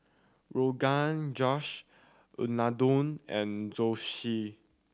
Rogan Josh Unadon and Zosui